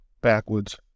Backwards